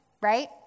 Right